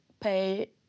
pay